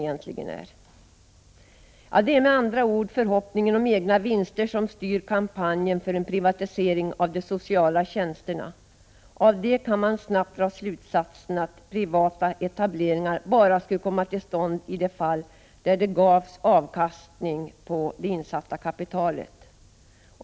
Det är med andra ord förhoppningen om egna vinster som styr kampanjen för en privatisering av de sociala tjänsterna. Av det kan man snabbt dra slutsatsen att privata etableringar bara skulle komma till stånd i de fall de gav avkastning på det insatta kapitalet.